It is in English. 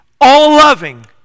All-loving